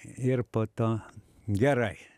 ir po to gerai